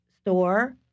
store